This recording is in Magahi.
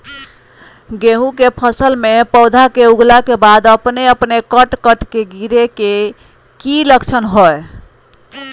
गेहूं के फसल में पौधा के उगला के बाद अपने अपने कट कट के गिरे के की लक्षण हय?